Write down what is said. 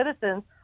citizens